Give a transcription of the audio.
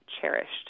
cherished